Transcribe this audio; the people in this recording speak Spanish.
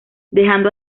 dejando